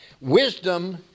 Wisdom